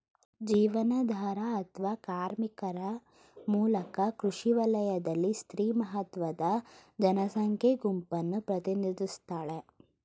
ಜೀವನಾಧಾರ ಅತ್ವ ಕಾರ್ಮಿಕರ ಮೂಲಕ ಕೃಷಿ ವಲಯದಲ್ಲಿ ಸ್ತ್ರೀ ಮಹತ್ವದ ಜನಸಂಖ್ಯಾ ಗುಂಪನ್ನು ಪ್ರತಿನಿಧಿಸ್ತಾಳೆ